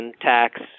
tax